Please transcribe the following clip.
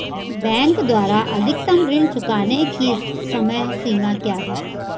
Bank द्वारा अधिकतम ऋण चुकाने की समय सीमा क्या है?